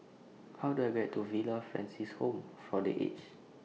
How Do I get to Villa Francis Home For The Aged